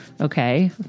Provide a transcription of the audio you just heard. Okay